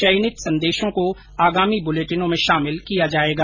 चयनित संदेशों को आगामी बुलेटिनों में शामिल किया जाएगा